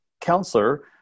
counselor